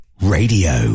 Radio